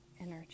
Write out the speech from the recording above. energy